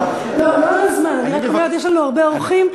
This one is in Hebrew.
יש לנו הרבה אורחים,